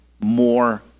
more